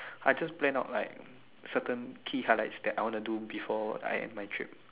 I just plan out like certain key highlights I want to do before my trip